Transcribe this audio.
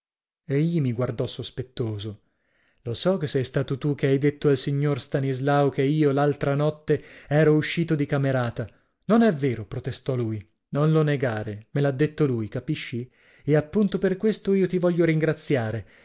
egli mi guardò sospettoso lo so che sei stato tu che hai detto al signor stanislao che io l'altra notte ero uscito di camerata non è vero protestò lui non lo negare me l'ha detto lui capisci e appunto per questo io ti voglio ringraziare